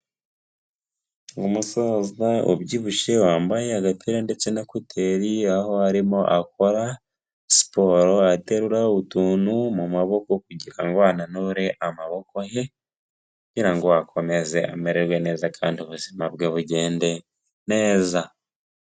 Umusaza ubyibushye wambaye agapira ndetse na kuteri, aho arimo akora siporo aterura utuntu mu mumaboko, kugira ngo ananure amaboko ye kugirango akomeze amererwe neza, kandi ubuzima bwe bugende neza.